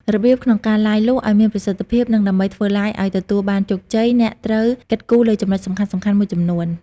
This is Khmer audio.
របៀបក្នុងការ Live លក់ឲ្យមានប្រសិទ្ធភាព និងដើម្បីធ្វើ Live ឲ្យទទួលបានជោគជ័យ អ្នកត្រូវគិតគូរលើចំណុចសំខាន់ៗមួយចំនួន។